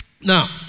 Now